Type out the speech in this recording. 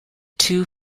two